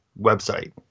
website